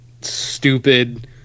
stupid